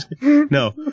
no